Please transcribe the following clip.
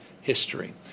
history